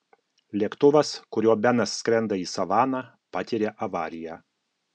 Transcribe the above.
lėktuvas kuriuo benas skrenda į savaną patiria avariją